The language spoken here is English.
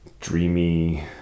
dreamy